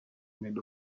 made